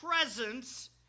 presence